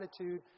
attitude